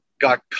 got